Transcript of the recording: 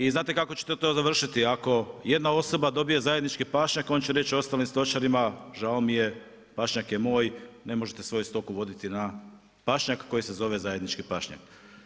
I znate kako će to završiti, ako jedna osoba, dobije zajednički pašnjak, on će reći ostalim stočarima, žao mi je pašnjak je moj, ne možete svoju stoku voditi na pašnjak, koji se zove zajednički pašnjak.